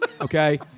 Okay